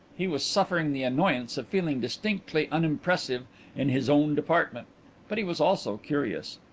he was suffering the annoyance of feeling distinctly unimpressive in his own department but he was also curious.